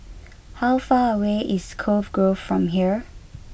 how far away is Cove Grove from here